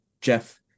Jeff